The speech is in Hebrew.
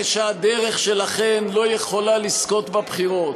ושהדרך שלכן לא יכולה לזכות בבחירות,